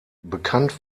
bekannt